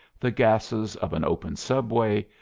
the gases of an open subway,